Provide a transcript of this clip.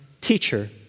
Teacher